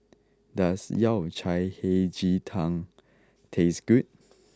does Yao Cai Hei Ji Tang taste good